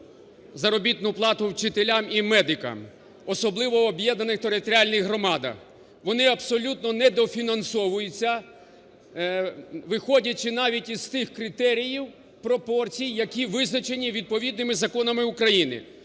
заробітну плату вчителям і медикам, особливо в об'єднаних територіальних громадах, вони абсолютнонедофінансовуються, виходячи навіть із тих критеріїв, пропорцій, які визначені відповідними законами України.